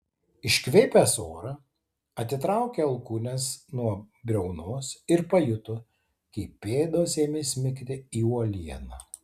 iškvėpęs orą atitraukė alkūnes nuo briaunos ir pajuto kaip pėdos ėmė smigti į uolieną